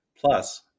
Plus